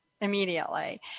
immediately